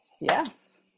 yes